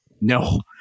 No